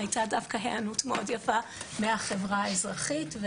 הייתה דווקא היענות מאוד יפה מהחברה האזרחית.